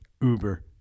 Uber